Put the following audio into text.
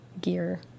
gear